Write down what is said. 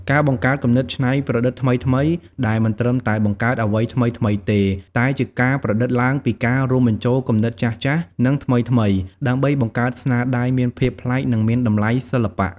ការបង្កើតគំនិតច្នៃប្រឌិតថ្មីៗ ដែលមិនត្រឹមតែបង្កើតអ្វីថ្មីៗទេ តែជាការប្រឌិតឡើងពីការរួមបញ្ចូលគំនិតចាស់ៗ និងថ្មីៗ ដើម្បីបង្កើតស្នាដៃមានភាពប្លែក និងមានតម្លៃសិល្បៈ។